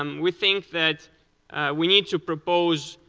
um we think that we need to propose